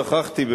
שכחתי,